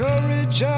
Courage